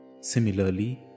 Similarly